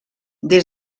des